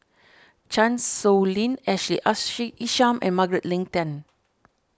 Chan Sow Lin Ashley Isham and Margaret Leng Tan